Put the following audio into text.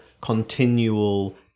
continual